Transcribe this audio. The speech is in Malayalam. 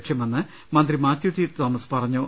ലക്ഷ്യമെന്ന് മന്ത്രി മാത്യു ടി തോമസ് പറഞ്ഞു